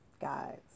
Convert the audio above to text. guys